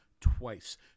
twice